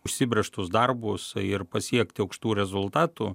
užsibrėžtus darbus ir pasiekti aukštų rezultatų